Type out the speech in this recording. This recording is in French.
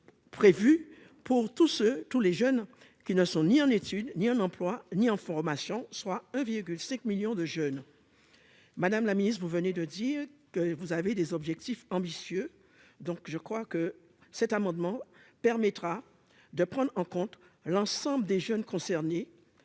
tous ceux tous les jeunes qui ne sont ni en études ni en emploi ni en formation, soit 1 virgule 5 millions de jeunes, Madame la Ministre, vous venez de dire que vous avez des objectifs ambitieux, donc je crois que cet amendement permettra de prendre en compte l'ensemble des jeunes concernés.